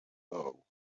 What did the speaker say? though